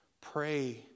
Pray